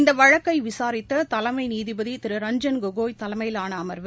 இந்த வழக்கை விசாரித்த தலைமை நீதிபதி திரு ரஞ்ஜன் கோகோய் தலைமையிலான அம்வு